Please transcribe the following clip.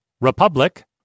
Republic